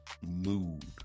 mood